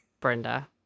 Brenda